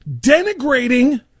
denigrating